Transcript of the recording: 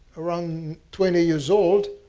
around twenty years old,